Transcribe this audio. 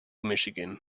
michigan